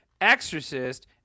Exorcist